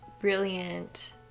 brilliant